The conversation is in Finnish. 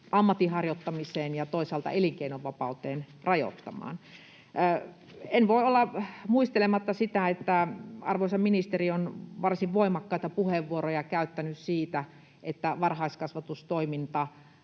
ammatinharjoittamiseen ja toisaalta elinkeinovapauteen? En voi olla muistelematta sitä, että arvoisa ministeri on varsin voimakkaita puheenvuoroja käyttänyt siitä, että varhaiskasvatustoiminta